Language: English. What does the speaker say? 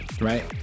Right